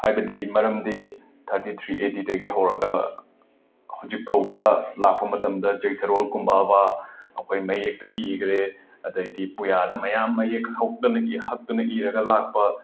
ꯍꯥꯏꯕꯗꯤ ꯃꯔꯝꯗꯤ thirty three A ꯗꯤꯗꯒꯤ ꯍꯧꯔꯒ ꯍꯖꯤꯛ ꯐꯧꯕꯗ ꯂꯥꯛꯄ ꯃꯇꯝꯗ ꯆꯩꯊꯥꯔꯣꯜ ꯀꯨꯝꯕꯥꯕꯥ ꯑꯩꯈꯣꯏ ꯃꯌꯦꯛꯇ ꯏꯈ꯭ꯔꯦ ꯑꯗꯩꯗꯤ ꯄꯨꯌꯥꯗ ꯃꯌꯥꯝ ꯃꯌꯦꯛ ꯍꯧꯇꯅ ꯍꯛꯇꯅ ꯏꯔꯒ ꯂꯥꯛꯄ